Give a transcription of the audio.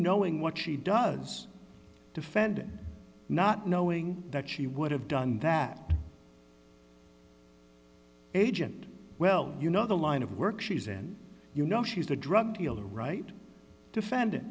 knowing what she does defendant not knowing that she would have done that agent well you know the line of work she's in you know she's the drug dealer right defendant